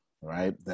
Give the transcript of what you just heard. right